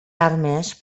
armes